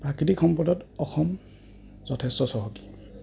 প্ৰাকৃতিক সম্পদত অসম যথেষ্ট চহকী